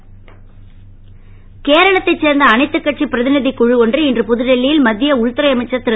கேரளா கேரளத்தை சேர்ந்த அனைத்து கட்சி பிரதிநிதி குழு ஒன்று இன்று புதுடெல்லியில் மத்திய உள்துறை அமைச்சர் திரு